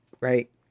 Right